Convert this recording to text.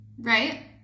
right